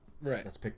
right